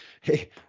hey